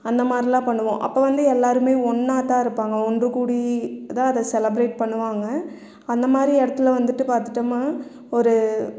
அந்தமாதிரிலாம் பண்ணுவோம் அப்போ வந்து எல்லோருமே ஒன்றாதான் இருப்பாங்க ஒன்று கூடி தான் அதை செலிபிரேட் பண்ணுவாங்க அந்தமாதிரி இடத்துல வந்துட்டு பார்த்துட்டோம்னா ஒரு